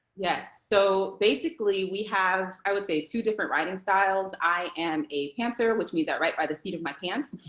yeah. so basically, we have, i would say, two different writing styles. i am a pantser, which means i write by the seat of my pants.